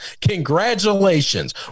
Congratulations